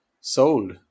sold